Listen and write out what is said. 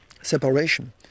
separation